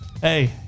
Hey